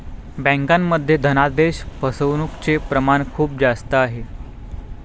बँकांमध्ये धनादेश फसवणूकचे प्रमाण खूप जास्त आहे